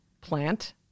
plant